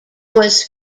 was